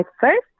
first